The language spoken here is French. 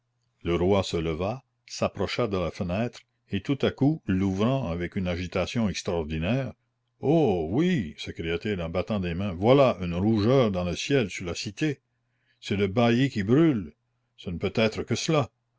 le roi se leva s'approcha de la fenêtre et tout à coup l'ouvrant avec une agitation extraordinaire oh oui s'écria-t-il en battant des mains voilà une rougeur dans le ciel sur la cité c'est le bailli qui brûle ce ne peut être que cela